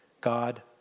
God